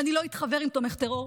ואני לא אתחבר עם תומך טרור,